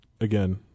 again